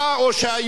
או שהיו,